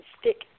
stick